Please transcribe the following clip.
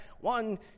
One